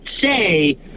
say